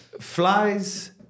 flies